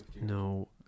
no